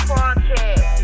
Podcast